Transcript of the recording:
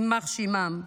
יימח שמם.